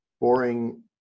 boring